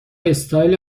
استایل